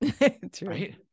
right